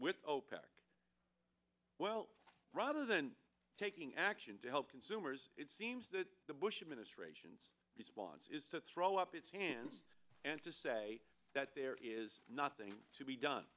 with opec well rather than taking action to help consumers it seems that the bush administration's response is to throw up its hands and to say that there is nothing to be done